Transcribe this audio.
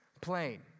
Plain